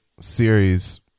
series